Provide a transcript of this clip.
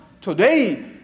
Today